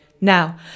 Now